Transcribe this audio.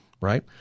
right